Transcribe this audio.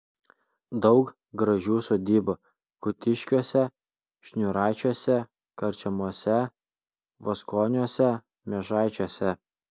daug gražių sodybų kutiškiuose šniūraičiuose karčemose voskoniuose miežaičiuose